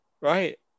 right